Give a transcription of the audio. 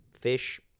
fish